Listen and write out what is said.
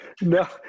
No